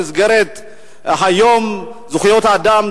במסגרת יום זכויות האדם,